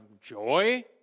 joy